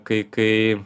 kai kai